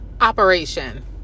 operation